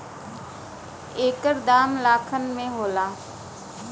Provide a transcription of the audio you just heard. एकर दाम लाखन में होला